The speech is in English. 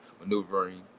maneuvering